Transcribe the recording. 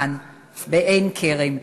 כאן בעין-כרם.